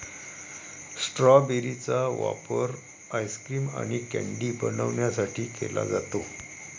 strawberry चा वापर ice cream आणि कँडी बनवण्यासाठी केला जातो